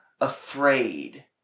afraid